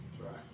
Right